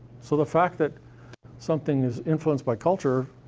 so the fact that something is influenced by culture.